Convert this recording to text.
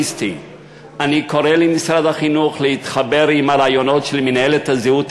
אני קורא למשרד החינוך להתחבר עם הרעיונות של מינהלת הזהות